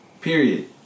Period